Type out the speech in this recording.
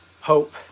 hope